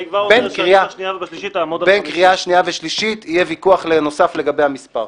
אני כבר אומר שאני בשנייה ובשלישית אעמוד על 50. בקריאה שנייה ושלישית יהיה ויכוח נוסף לגבי המספר.